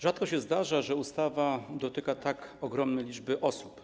Rzadko się zdarza, że ustawa dotyka tak ogromnej liczby osób.